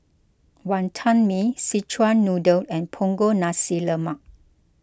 Wantan Mee Szechuan Noodle and Punggol Nasi Lemak